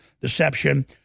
deception